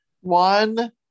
One